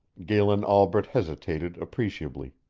galen albret hesitated appreciably.